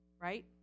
right